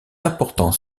important